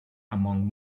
among